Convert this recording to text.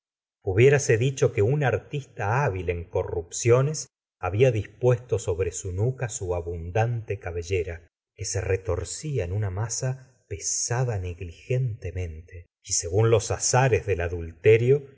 hubiérase dicho que un artista hábil en corrupciones había dispuesto sobre su nuca su abundante cabellera que se retorcía en una masa pesada negligentemente y según los azares del adulterio